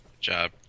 job